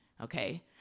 Okay